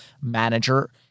manager